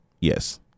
Yes